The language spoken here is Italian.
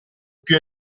più